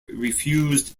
refused